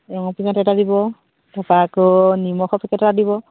ৰংৰ packet এটা দিব তাৰপৰা আকৌ নিমখৰ পেকেট এটা দিব